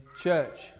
church